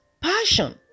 passion